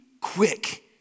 quick